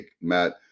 Matt